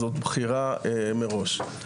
זאת בחירה מראש.